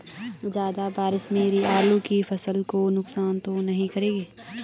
ज़्यादा बारिश मेरी आलू की फसल को नुकसान तो नहीं करेगी?